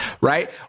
right